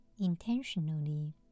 intentionally